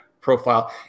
profile